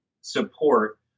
support